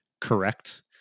correct